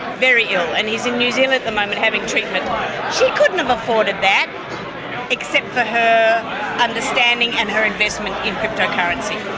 very ill. and he's in new zealand at the moment having treatment. she so couldn't have afforded that except for her understanding and her investment in cryptocurrency,